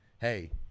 hey